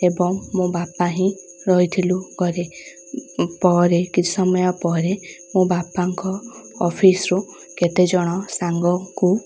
ଏବଂ ମୋ ବାପା ହିଁ ରହିଥିଲୁ ଘରେ ପରେ କିଛି ସମୟ ପରେ ମୋ ବାପାଙ୍କ ଅଫିସ୍ରୁ କେତେଜଣ ସାଙ୍ଗଙ୍କୁ